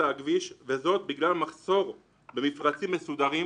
הכביש וזאת בגלל מחסור במפרצים מסודרים